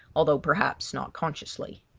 although perhaps not consciously.